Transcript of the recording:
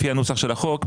לפי הנוסח של החוק,